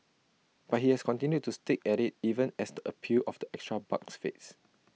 but he has continued to stick at IT even as the appeal of the extra bucks fades